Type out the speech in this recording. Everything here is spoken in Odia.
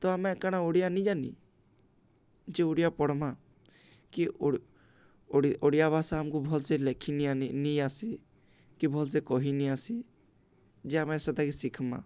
ତ ଆମେ କାଣା ଓଡ଼ିଆ ନିଜାନି ଯେ ଓଡ଼ିଆ ପଢ଼୍ମା କି ଓଡ଼ିଆ ଭାଷା ଆମ୍କୁ ଭଲ୍ସେ ଲେଖିନି ଆନି ନିଆସି କି ଭଲ୍ସେ କହିନିଆସି ଯେ ଆମେ ସେତାକି ଶିଖ୍ମା